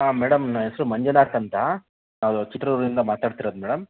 ಹಾಂ ಮೇಡಮ್ ನನ್ನ ಹೆಸರು ಮಂಜುನಾಥ್ ಅಂತ ನಾನು ಚಿತ್ರದುರ್ಗದಿಂದ ಮಾತಾಡ್ತಿರೋದು ಮೇಡಮ್